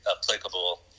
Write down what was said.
applicable